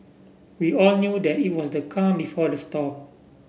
we all knew that it was the calm before the storm